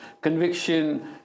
Conviction